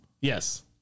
Yes